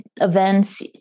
events